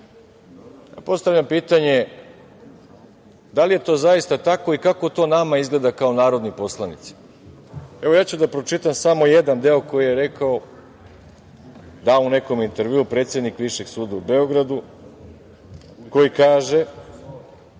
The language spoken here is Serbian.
Postavljam pitanje da li je to zaista tako i kako to nama izgleda kao narodnim poslanicima? Evo, ja ću da pročitam samo jedan deo koji je u nekom intervjuu dao predsednik Višeg suda u Beogradu, koji kaže: